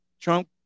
trump